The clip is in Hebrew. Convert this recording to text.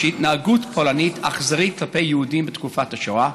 של התנהגות פולנית אכזרית כלפי יהודים בתקופת השואה,